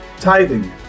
tithing